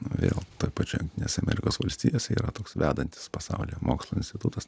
vėl toj pačioj jungtinėse amerikos valstijose yra toks vedantis pasaulyje mokslo institutas